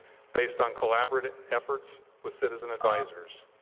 based on collaborative efforts with citizen advisors,